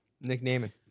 Nicknaming